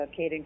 Caden